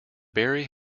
berry